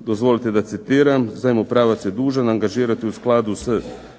dozvolite da citiram: "Zajmopravac je dužan angažirati u skladu s